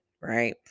Right